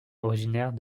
originaire